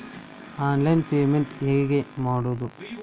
Online payment ಹೆಂಗ್ ಮಾಡೋದು?